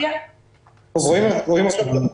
רואים את המצגת עכשיו?